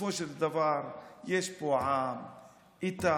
בסופו של דבר יש פה עם איתן,